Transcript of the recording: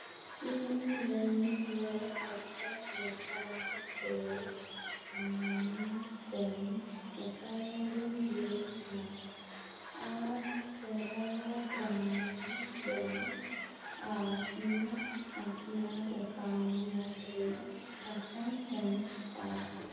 ᱤᱧ ᱞᱟᱹᱭᱟᱹᱧ ᱢᱮ ᱚᱠᱟ ᱞᱮᱠᱟ ᱛᱮ ᱟᱭᱢᱟ ᱵᱮᱝᱠ ᱮᱠᱟᱣᱩᱱᱴᱤᱧ ᱞᱤᱝᱠᱟ ᱟᱨ ᱠᱮᱨᱟᱞᱟ ᱜᱨᱟᱢᱤᱱ ᱵᱮᱝᱠ ᱟᱨ ᱤᱧᱟᱹᱜ ᱟᱯᱱᱟᱨ ᱮᱠᱟᱣᱩᱱᱴ ᱢᱩᱫᱨᱮ ᱴᱟᱠᱟᱧ ᱴᱷᱱᱥᱯᱷᱟᱨᱟ